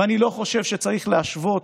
ואני לא חושב שצריך להשוות,